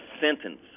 sentence